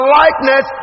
likeness